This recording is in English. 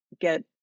get